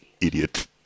idiot